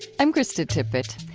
i'm krista tippett.